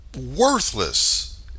worthless